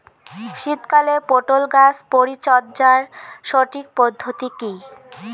শীতকালে পটল গাছ পরিচর্যার সঠিক পদ্ধতি কী?